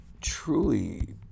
truly